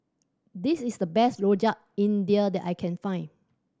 this is the best Rojak India that I can find